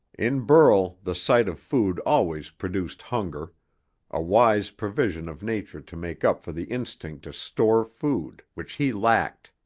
in burl the sight of food always produced hunger a wise provision of nature to make up for the instinct to store food, which he lacked.